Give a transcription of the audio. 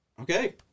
Okay